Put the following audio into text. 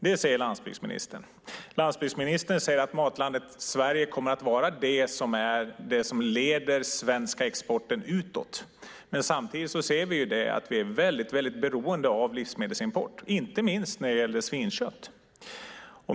Han säger också att Matlandet Sverige kommer att vara det som leder den svenska exporten utåt. Samtidigt ser vi att vi är väldigt beroende av livsmedelsimport, inte minst av svinkött.